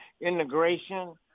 Integration